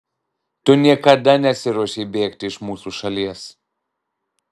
tu niekada nesiruošei bėgti iš mūsų šalies